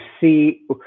see